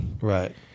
Right